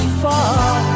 far